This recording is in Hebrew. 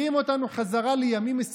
תקשיב, אם אנחנו לא נהיה פה, יהיה משעמם.